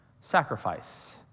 sacrifice